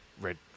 red